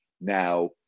now